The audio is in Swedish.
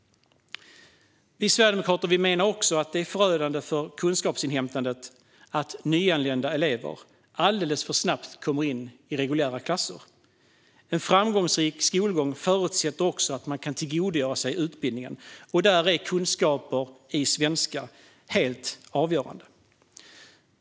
Vi sverigedemokrater menar också att det är förödande för kunskapsinhämtandet att nyanlända elever alldeles för snabbt kommer in i reguljära klasser. En framgångsrik skolgång förutsätter också att man kan tillgodogöra sig utbildningen. Där är kunskaper i svenska helt avgörande.